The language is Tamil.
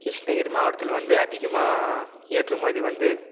கிருஷ்ணகிரி மாவட்டத்தில் வந்து அதிகமாக ஏற்றுமதி வந்து